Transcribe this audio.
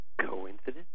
Coincidence